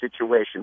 situation